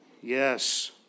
Yes